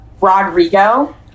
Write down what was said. Rodrigo